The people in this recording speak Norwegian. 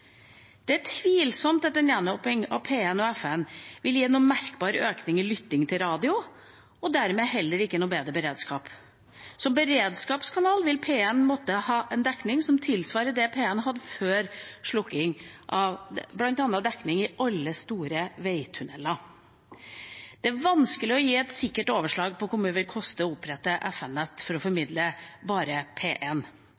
Det er tvilsomt at en gjenåpning av P1 gjennom FM vil gi noen merkbar økning i lytting til radio, og dermed heller ikke noen bedre beredskap. Som beredskapskanal vil P1 måtte ha en dekning som tilsvarer det P1 hadde før slukking, bl.a. dekning i alle store veitunneler. Det er vanskelig å gi et sikkert overslag over hvor mye det vil koste å opprette FM-nett for å